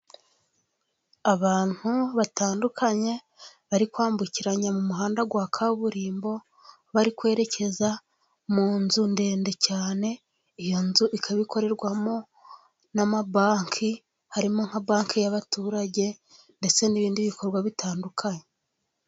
Abantu batandukanye bari kwambukiranya mu muhanda wa kaburimbo bari kwerekeza mu nzu ndende cyane, iyo nzu ikaba ikorerwamo n'amabanki harimo nka banki y'abaturage ndetse n'ibindi bikorwa bitandukanye.